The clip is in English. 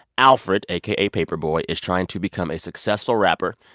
alfred, aka paper boi, is trying to become a successful rapper.